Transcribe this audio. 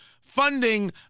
funding